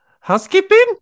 housekeeping